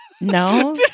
No